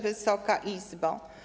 Wysoka Izbo!